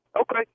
Okay